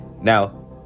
Now